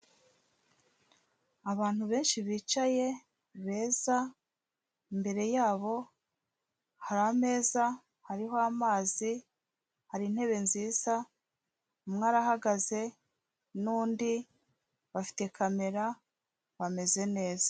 Abantu benshi bicaye beza, imbere yabo hari ameza, hariho amazi, hari intebe nziza, umwe arahagaze n'undi, bafite kamera bameze neza.